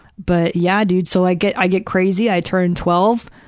but yeah dude. so i get i get crazy. i turn twelve.